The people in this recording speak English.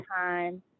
time